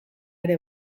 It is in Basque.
ere